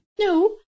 No